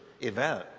event